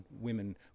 women